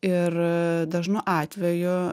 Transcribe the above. ir dažnu atveju